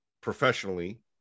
professionally